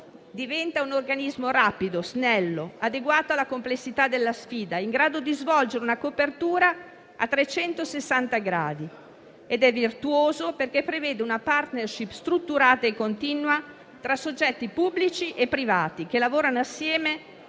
Diventa un organismo rapido, snello, adeguato alla complessità della sfida, in grado di svolgere una copertura a 360 gradi ed è virtuoso, perché prevede una *partnership* strutturata e continua tra soggetti pubblici e privati, che lavorano assieme nell'ambito di un'autentica strategia